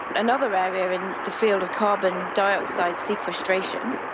another area in the field of carbon dioxide sequestration,